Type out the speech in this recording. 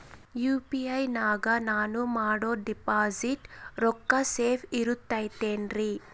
UPI ನಾಗ ನಾನು ಮಾಡೋ ಡಿಪಾಸಿಟ್ ರೊಕ್ಕ ಸೇಫ್ ಇರುತೈತೇನ್ರಿ?